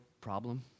problem